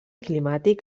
climàtic